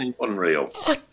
unreal